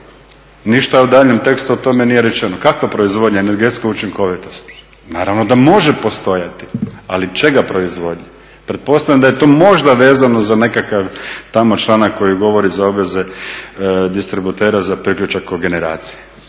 ništa u daljnjem tekstu o tome nije rečeno. Kakva proizvodnja energetske učinkovitosti? Naravno da može postojati, ali čega proizvodnja. Pretpostavljam da je to možda vezano za nekakav tamo članak koji govori za obveze distributera za priključak kogeneracije,